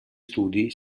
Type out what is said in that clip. studi